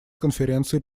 конференции